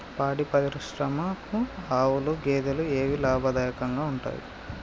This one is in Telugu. పాడి పరిశ్రమకు ఆవుల, గేదెల ఏవి లాభదాయకంగా ఉంటయ్?